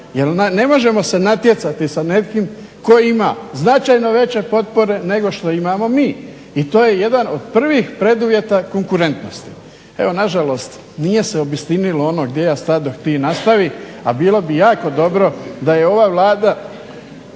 jer ne možemo se natjecati sa nekim ko ima značajno veće potpore nego što imamo mi. I to je jedan od prvih preduvjeta konkurentnosti. Evo nažalost nije se obistinilo ono "Gdje ja stadoh ti nastavi.", a bilo bi jako dobro da je ova Vlada